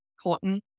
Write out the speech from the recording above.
cotton